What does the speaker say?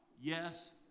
yes